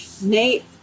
Nate